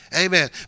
Amen